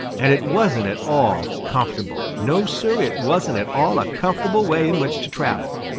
and it wasn't at all comfortable. no, sir, it wasn't at all a comfortable way in which to travel.